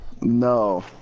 No